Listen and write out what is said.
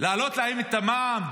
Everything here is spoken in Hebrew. להעלות להם את המע"מ,